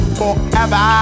forever